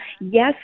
yes